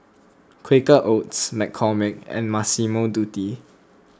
Quaker Oats McCormick and Massimo Dutti